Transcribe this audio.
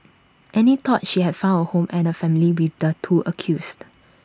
Annie thought she had found A home and A family with the two accused